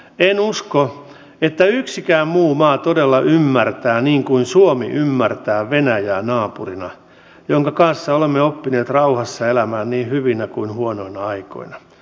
en usko että yksikään muu maa todella ymmärtää niin kuin suomi ymmärtää venäjää naapurina jonka kanssa olemme oppineet rauhassa elämään niin hyvinä kuin huonoina aikoina